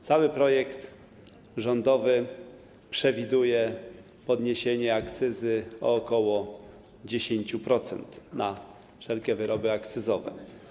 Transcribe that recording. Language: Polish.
Cały projekt rządowy przewiduje podniesienie akcyzy o ok. 10% na wszelkie wyroby akcyzowe.